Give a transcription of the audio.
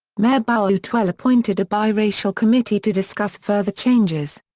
mayor boutwell appointed a biracial committee to discuss further changes.